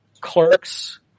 Clerks